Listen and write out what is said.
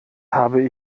habe